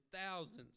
thousands